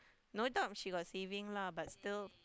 no doubt she got saving lah but still